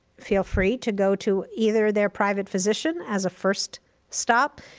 feel free to go to either their private physician as a first stop,